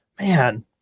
man